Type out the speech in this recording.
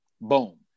Boom